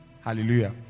Hallelujah